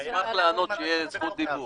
אני אשמח לענות כשתהיה לי זכות דיבור.